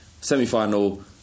semi-final